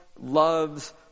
loves